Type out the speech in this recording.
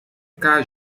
car